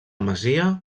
masia